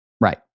Right